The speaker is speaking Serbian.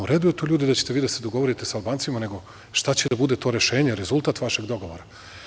U redu je to, ljudi, da ćete da se dogovorite sa Albancima, nego šta će da bude to rešenje, rezultat vašeg dogovora.